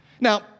Now